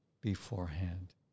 beforehand